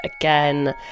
again